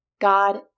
God